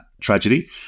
tragedy